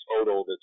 total